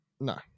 no